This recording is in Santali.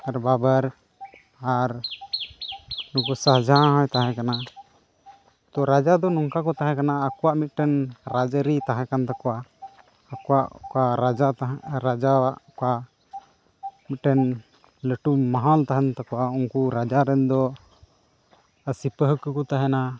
ᱵᱟᱵᱚᱨ ᱟᱨ ᱱᱩᱠᱩ ᱥᱟᱦᱟᱡᱟᱦᱟᱱ ᱦᱚᱸᱭ ᱛᱟᱦᱮᱸ ᱠᱟᱱᱟ ᱛᱳ ᱨᱟᱡᱟ ᱫᱚ ᱱᱚᱝᱠᱟ ᱠᱚ ᱛᱟᱦᱮᱸ ᱠᱟᱱᱟ ᱟᱠᱚᱣᱟᱜ ᱢᱤᱫᱴᱟᱱ ᱨᱟᱡᱽᱟᱹᱨᱤ ᱛᱟᱦᱮᱸ ᱠᱟᱱ ᱛᱟᱠᱚᱣᱟ ᱟᱠᱚᱣᱟᱜ ᱚᱠᱟ ᱢᱤᱫᱴᱮᱱ ᱞᱟᱹᱴᱩ ᱢᱚᱦᱚᱞ ᱛᱟᱦᱮᱱ ᱛᱟᱠᱚᱣᱟ ᱩᱱᱠᱩ ᱨᱟᱡᱟᱨᱮᱱ ᱫᱚ ᱥᱤᱯᱟᱹᱦᱤ ᱠᱚᱠᱚ ᱛᱟᱦᱮᱱᱟ